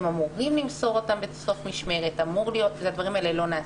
הם אמורים למסור את הנשק בסוף משמרת והדברים האלה לא נעשים.